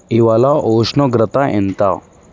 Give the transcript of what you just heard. ఇవాళ ఉష్ణోగ్రత ఎంత